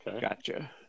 Gotcha